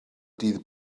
dydd